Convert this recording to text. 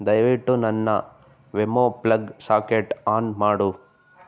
ದಯವಿಟ್ಟು ನನ್ನ WeMo plug socket on ಮಾಡು